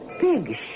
big